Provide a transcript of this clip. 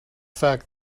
fact